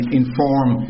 inform